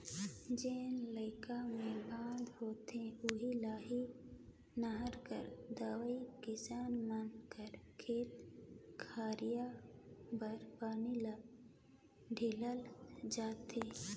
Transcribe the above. जेन इलाका मे बांध होथे उहा ले ही नहर कर दुवारा किसान मन कर खेत खाएर बर पानी ल ढीलल जाथे